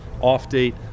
off-date